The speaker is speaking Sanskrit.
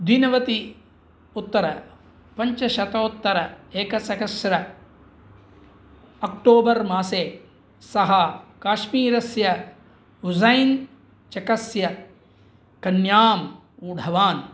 दिनवत्युत्तरपञ्चशतोत्तरैकसकस्रम् अक्टोबर् मासे सः काश्मीरस्य हुज़ैन् चकस्य कन्याम् ऊढवान्